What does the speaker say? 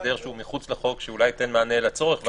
הסדר שהוא מחוץ לחוק, שאולי ייתן מענה לצורך.